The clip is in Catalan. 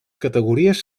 categories